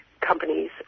companies